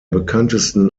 bekanntesten